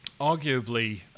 arguably